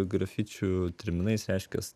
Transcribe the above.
grafičių terminais reiškias